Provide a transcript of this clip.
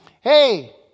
Hey